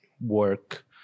work